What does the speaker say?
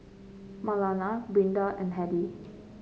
Marlana Brinda and Hedy